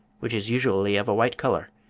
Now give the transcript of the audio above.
which is usually of a white colour,